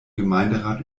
gemeinderat